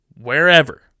Wherever